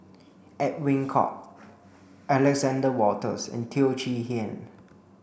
Edwin Koek Alexander Wolters and Teo Chee Hean